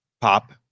pop